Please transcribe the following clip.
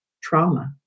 trauma